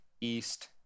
east